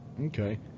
Okay